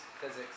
physics